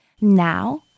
Now